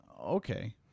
Okay